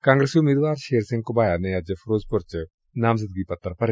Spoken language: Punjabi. ਕਾਂਗਰਸੀ ਉਮੀਦਵਾਰ ਸ਼ੇਰ ਸਿੰਘ ਘੁਬਾਇਆ ਨੇ ਅੱਜ ਫਿਰੋਜ਼ਪੁਰ ਚ ਨਾਮਜ਼ਦਗੀ ਪੱਤਰ ਭਰੇ